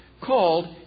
called